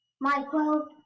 Michael